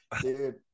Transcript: dude